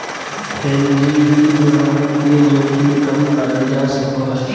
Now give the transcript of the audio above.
hedging विधि द्वारा वित्तीय जोखिम कम करल जा सको हय